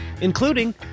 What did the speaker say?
including